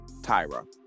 Tyra